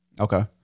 Okay